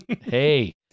Hey